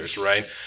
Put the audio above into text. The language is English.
Right